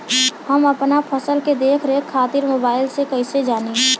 हम अपना फसल के देख रेख खातिर मोबाइल से कइसे जानी?